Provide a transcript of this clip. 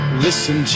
Listen